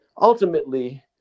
ultimately